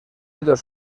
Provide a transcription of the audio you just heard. dos